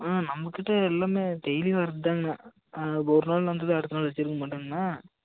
ம் நம்ம கிட்டே எல்லாம் டெய்லி வர்றது தான்ங்கண்ணா ஒரு நாள் வந்ததை அடுத்த நாள் வைச்சிருக்க மாட்டோம்ங்கண்ணா